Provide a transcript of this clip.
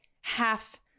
half